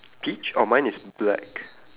peach oh mine is black